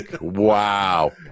Wow